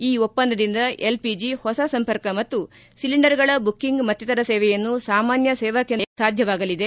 ಈ ಒಪ್ಪಂದದಿಂದ ಎಲ್ಷಿಜಿ ಹೊಸ ಸಂಪರ್ಕ ಮತ್ತು ಸಿಲಿಂಡರ್ಗಳ ಬುಕ್ಕಿಂಗ್ ಮತ್ತಿತರ ಸೇವೆಯನ್ನು ಸಾಮಾನ್ಯ ಸೇವಾ ಕೇಂದ್ರಗಳಿಂದ ಪಡೆಯಲು ಸಾಧ್ಯವಾಗಲಿದೆ